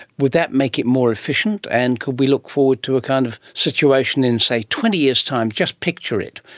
would that make it more efficient and could we look forward to a kind of situation in, say, twenty years' time, just picture it,